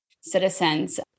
citizens